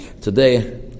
Today